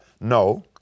No